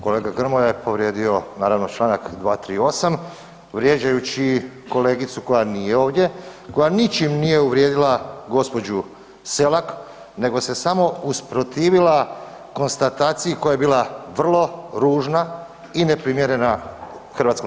Kolega Grmoja je povrijedio naravno čl. 238. vrijeđajući kolegicu koja nije ovdje, koja ničim nije uvrijedila gđu. Selak nego se samo usprotivila konstataciji koja je bila vrlo ružna i neprimjerena u HS.